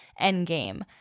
endgame